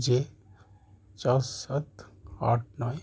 যে চার সাত আট নয়